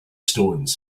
stones